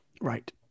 Right